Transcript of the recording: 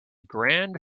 grand